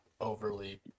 overly